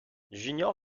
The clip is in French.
junior